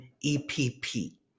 E-P-P